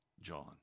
John